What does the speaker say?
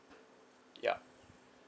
yeah